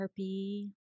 Sharpie